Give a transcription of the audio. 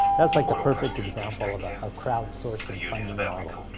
that's like the perfect example of a ah crowdsourcing funding model.